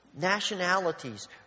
Nationalities